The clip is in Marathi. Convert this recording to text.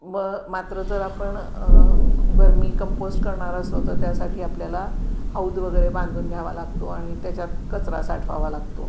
मग मात्र जर आपण वर्मिकंपोस्ट करणार असलो तर त्यासाठी आपल्याला हौद वगैरे बांधून घ्यावा लागतो आणि त्याच्यात कचरा साठवावा लागतो